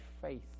faith